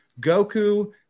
Goku